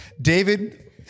David